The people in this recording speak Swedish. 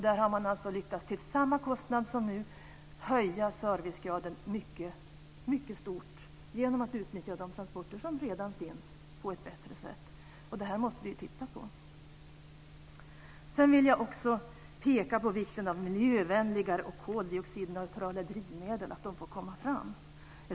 Man har där lyckats att till oförändrad kostnad i hög grad höja servicegraden genom att på ett bättre sätt utnyttja de transporter som redan sker. Det här måste vi titta på. Jag vill också peka på vikten av att miljövänliga koldioxidneutrala drivmedel får komma fram.